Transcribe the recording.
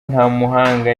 ntamuhanga